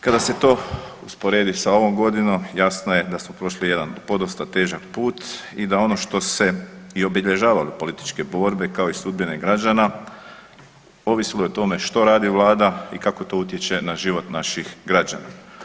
Kada se to usporedi sa ovom godinom jasno je da su prošli jedan podosta težak put i da ono što se i obilježavale političke borbe, kao i sudbine građana ovisilo je o tome što radi vlada i kako to utječe na život naših građana.